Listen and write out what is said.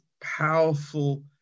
powerful